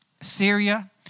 Syria